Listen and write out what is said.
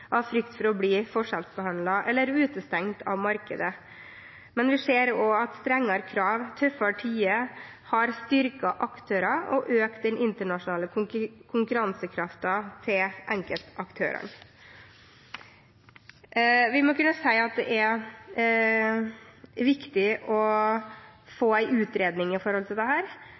av frykt for å bli forskjellsbehandlet eller utestengt fra markedet. Men vi ser også at strengere krav og tøffere tider har styrket aktører og økt den internasjonale konkurransekraften til enkelte aktører. Vi må kunne si at det er viktig å få en utredning om dette, og jeg er veldig glad for at det